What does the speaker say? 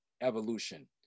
evolution